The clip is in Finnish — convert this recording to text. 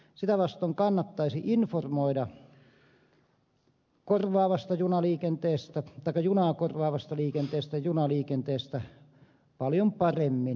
sitä vastoin kannattaisi informoida junaa korvaavasta liikenteestä ja junaliikenteestä paljon paremmin